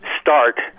start